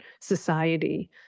society